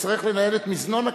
אצטרך לנהל את מזנון הכנסת,